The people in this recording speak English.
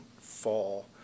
fall